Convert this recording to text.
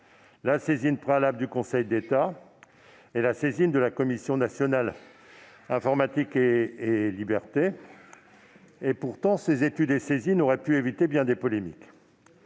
la saisine préalable du Conseil d'État et la saisine de la Commission nationale de l'informatique et des libertés (CNIL). Pourtant, ces études et saisines auraient pu éviter bien des polémiques.